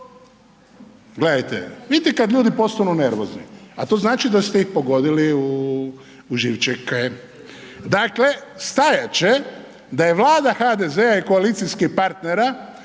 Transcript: Orepiću, vidite kada ljudi postanu nervozni, to znači da ste ih pogodili u živčeke. Dakle stajat će da je vlada HDZ-a i koalicijskih partnera